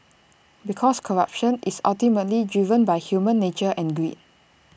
because corruption is ultimately driven by human nature and greed